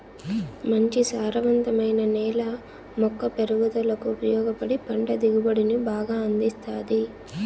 మంచి సారవంతమైన నేల మొక్క పెరుగుదలకు ఉపయోగపడి పంట దిగుబడిని బాగా అందిస్తాది